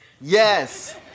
Yes